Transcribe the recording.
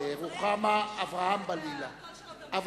רוחמה אברהם-בלילא, הקול שלו גבוה.